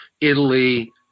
Italy